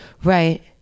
Right